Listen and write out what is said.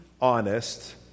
honest